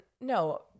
no